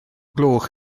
gloch